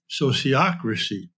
Sociocracy